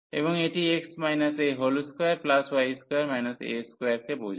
এবং এটি x a2 কে বোঝায়